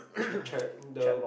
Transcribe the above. cher~ cher~